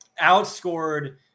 outscored